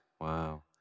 Wow